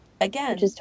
again